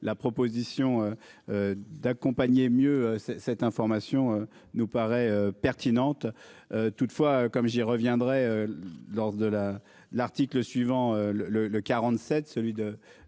la proposition. D'accompagner mieux c'est cette information nous paraît pertinente. Toutefois, comme j'y reviendrai. Lors de la l'article suivant le le le 47 celui de.